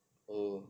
oh